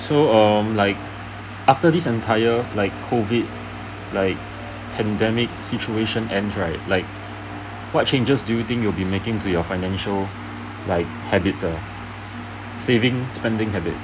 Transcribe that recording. so um like after this entire like COVID like pandemic situation ends right like what changes do you think you be making to your financial like habits uh saving spending habit